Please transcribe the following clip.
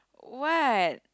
what